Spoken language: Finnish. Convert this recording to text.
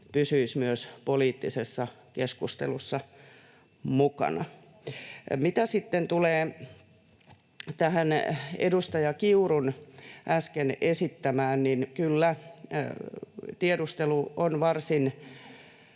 pysyisi myös poliittisessa keskustelussa mukana. Mitä sitten tulee edustaja Kiurun äsken esittämään, niin kyllä, tiedustelu on varsin